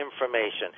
information